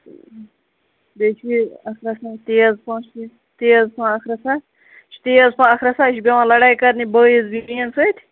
بیٚیہِ چھُ یہِ اَکھ رَژھا تیز پہم تیز پہم اَکھ رَژھا یہِ چھُ تیز پہم اَکھ رَژھا یہِ چھُ بیٚہوان لَڑایہِ کَرنہِ بٲیِس بیٚنٛنین سۭتۍ